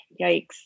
yikes